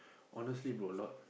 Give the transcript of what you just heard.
honestly bro a lot